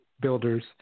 builders